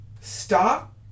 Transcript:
Stop